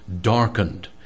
darkened